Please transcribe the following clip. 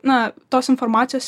na tos informacijos